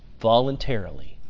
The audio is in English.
voluntarily